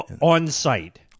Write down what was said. On-site